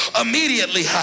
immediately